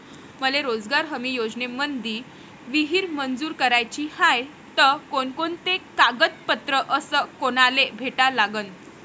मले रोजगार हमी योजनेमंदी विहीर मंजूर कराची हाये त कोनकोनते कागदपत्र अस कोनाले भेटा लागन?